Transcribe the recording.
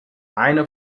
eine